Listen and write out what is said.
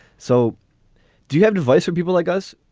so do you have advice for people like us?